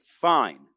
fine